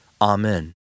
Amen